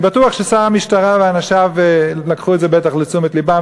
אני בטוח ששר המשטרה ואנשיו לקחו את זה לתשומת לבם,